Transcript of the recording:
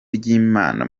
ry’imana